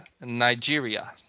Nigeria